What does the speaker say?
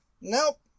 Nope